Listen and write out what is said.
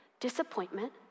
disappointment